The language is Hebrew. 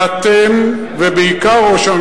אז אני מודיע לך שבפעם הבאה אני לא אומר לך,